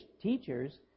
teachers